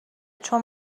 چون